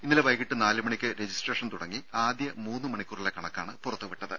ഇന്നലെ വൈകീട്ട് നാല് മണിക്ക് രജിസ്ട്രേഷൻ തുടങ്ങി ആദ്യ മൂന്ന് മണിക്കൂറിലെ കണക്കാണ് പുറത്തുവിട്ടത്